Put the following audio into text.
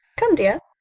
come, dear.